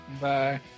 Bye